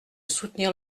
soutenir